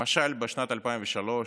למשל בשנת 2003,